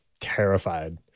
terrified